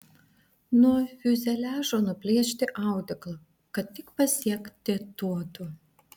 nuo fiuzeliažo nuplėšti audeklą kad tik pasiekti tuodu